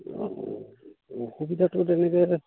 অঁ অসুবিধাটো তেনেকৈ